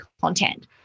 content